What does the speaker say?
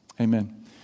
amen